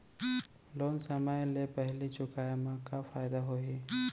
Loan समय ले पहिली चुकाए मा का फायदा होही?